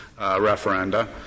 referenda